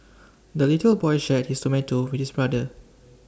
the little boy shared his tomato with his brother